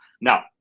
Now